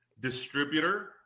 distributor